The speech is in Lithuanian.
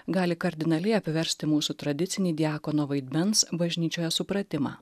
gali kardinaliai apversti mūsų tradicinį diakono vaidmens bažnyčioje supratimą